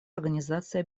организации